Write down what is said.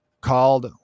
called